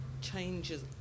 changes